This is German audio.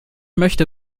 möchte